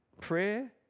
Prayer